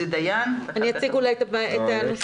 אני אציג אולי את הנושא.